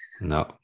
No